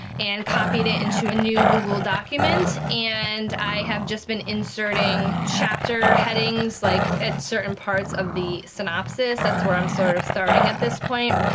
and copied it into a new google document, and i have just been inserting chapter headings, like at certain parts of the synopsis, that's where i'm sort of starting at this point.